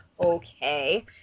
okay